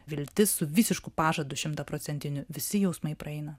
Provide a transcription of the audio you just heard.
viltis su visišku pažadu šimtaprocentiniu visi jausmai praeina